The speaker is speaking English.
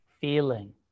feeling